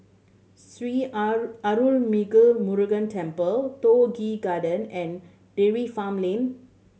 Sri Arulmigu Murugan Temple Toh Garden and Dairy Farm Lane